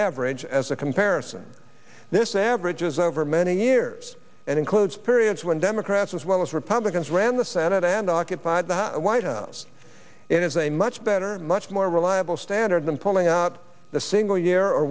average as a comparison this averages over many years and includes periods when democrats as well as republicans ran the senate and occupied the white house it is a much better much more reliable standard than pulling out the single year or